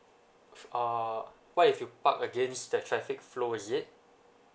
f~ err what if you park against the traffic flow is it